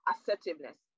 assertiveness